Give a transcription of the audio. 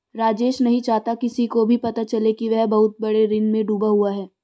राजेश नहीं चाहता किसी को भी पता चले कि वह बहुत बड़े ऋण में डूबा हुआ है